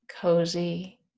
cozy